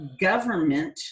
government